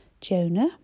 Jonah